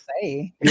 say